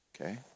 okay